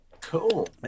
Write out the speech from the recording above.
Cool